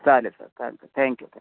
चालेल स चालतं थँक्यू थ